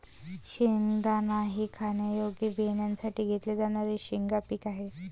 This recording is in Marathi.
शेंगदाणा हे खाण्यायोग्य बियाण्यांसाठी घेतले जाणारे शेंगा पीक आहे